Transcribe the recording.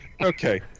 Okay